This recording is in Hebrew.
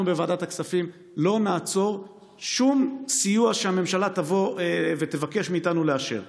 אנחנו בוועדת הכספים לא נעצור שום סיוע שהממשלה תבוא ותבקש מאיתנו לאשר.